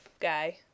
guy